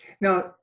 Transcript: Now